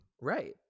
Right